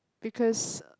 because